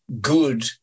good